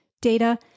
data